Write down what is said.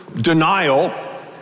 denial